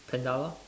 panda lor